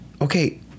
okay